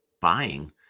buying